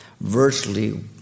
virtually